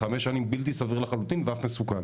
חמש שנים זה בלתי סביר לחלוטין ואף מסוכן.